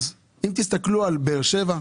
תסתכלו על באר שבע,